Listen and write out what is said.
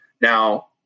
Now